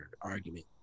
argument